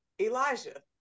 Elijah